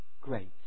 great